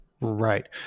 Right